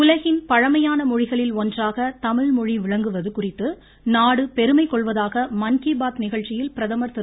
உலகின் பழமையான மொழிகளில் ஒன்றாக தமிழ் மொழி விளங்குவது குறித்து நாடு பெருமை கொள்வதாக மன் கி பாத் நிகழ்ச்சியில் பிரதமர் திரு